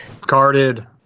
Carded